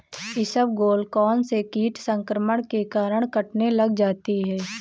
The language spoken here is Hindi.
इसबगोल कौनसे कीट संक्रमण के कारण कटने लग जाती है?